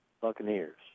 Buccaneers